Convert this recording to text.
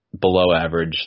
below-average